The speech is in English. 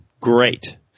great